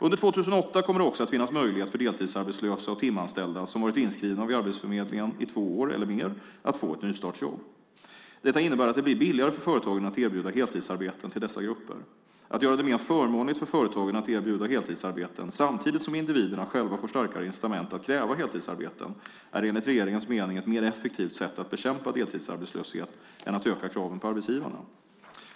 Under 2008 kommer det också att finnas möjlighet för deltidsarbetslösa och timanställda som varit inskrivna vid arbetsförmedlingen i två år eller mer att få nystartsjobb. Detta innebär att det blir billigare för företagen att erbjuda heltidsarbeten till dessa grupper. Att göra det mer förmånligt för företagen att erbjuda heltidsarbeten samtidigt som individerna själva får starkare incitament att kräva heltidsarbeten, är enligt regeringens mening, ett mer effektivt sätt att bekämpa deltidsarbetslöshet än att öka kraven på arbetsgivarna.